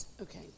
okay